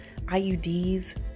IUDs